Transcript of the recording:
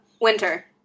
Winter